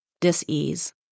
dis-ease